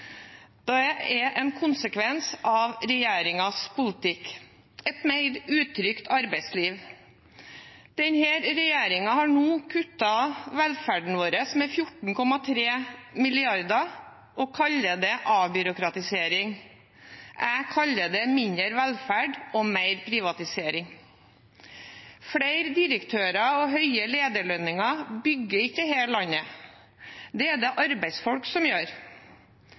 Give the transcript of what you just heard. er konsekvensen av regjeringens politikk et mer utrygt arbeidsliv. Denne regjeringen har nå kuttet velferden vår med 14,3 mrd. kr og kaller det avbyråkratisering. Jeg kaller det mindre velferd og mer privatisering. Flere direktører og høye lederlønninger bygger ikke dette landet. Det er det arbeidsfolk som gjør.